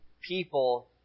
people